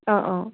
অ অ